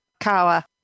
Kawa